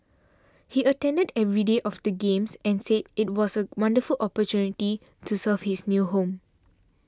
he attended every day of the Games and said it was a wonderful opportunity to serve his new home